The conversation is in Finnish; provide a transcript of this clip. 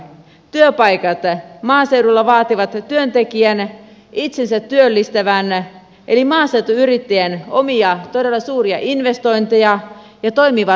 työpaikat maaseudulla vaativat että työntekijä työllistää itsensä eli maaseutuyrittäjän omia todella suuria investointeja ja toimivat markkinat